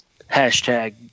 Hashtag